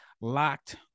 Locked